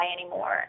anymore